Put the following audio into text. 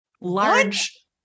Large